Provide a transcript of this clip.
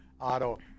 Auto